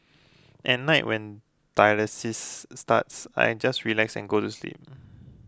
at night when dialysis starts I just relax and go to sleep